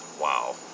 Wow